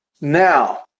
now